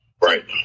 right